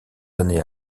années